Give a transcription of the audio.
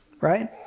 right